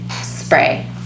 spray